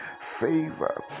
favor